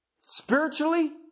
spiritually